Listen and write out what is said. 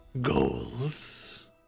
goals